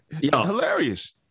Hilarious